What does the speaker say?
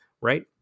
right